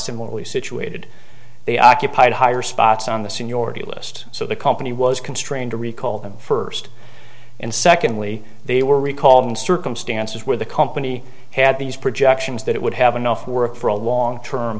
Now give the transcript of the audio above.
similarly situated they occupied a higher spots on the seniority list so the company was constrained to recall them first and secondly they were recalled in circumstances where the company had these projections that it would have enough work for a long term